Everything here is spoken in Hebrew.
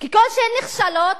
ככל שהן נכשלות,